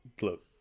look